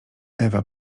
ewa